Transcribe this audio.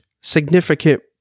significant